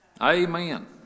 Amen